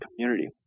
community